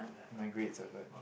my grades lah but